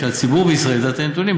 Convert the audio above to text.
שהציבור בישראל ידע את הנתונים,